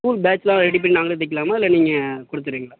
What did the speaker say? school பேட்ச்செல்லாம் ready பண்ணி நாங்களே தைக்கிலாமா இல்லை நீங்களே கொடுத்துறீங்களா